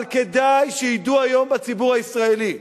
אבל כדאי שידעו היום בציבור הישראלי,